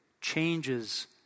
changes